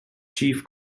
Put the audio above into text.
chief